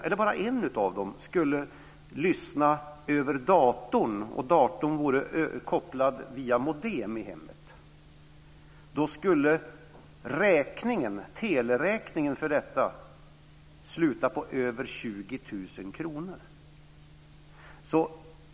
Om bara en av dem skulle lyssna över datorn, och datorn vore kopplad via modem i hemmet, skulle teleräkningen för detta sluta på över 20 000 kr.